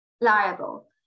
liable